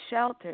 shelter